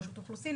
רשות האוכלוסין,